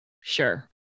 Sure